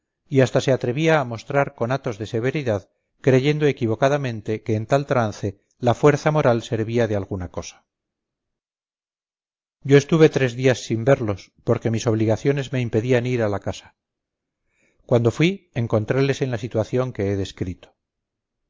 y hasta se atrevía a mostrar conatos de severidad creyendo equivocadamente que en tal trance la fuerza moral servía de alguna cosa yo estuve tres días sin verlos porque mis obligaciones me impedían ir a la casa cuando fui encontreles en la situación que he descrito